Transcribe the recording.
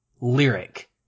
lyric